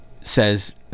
says